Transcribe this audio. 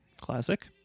Classic